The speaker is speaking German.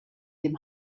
dem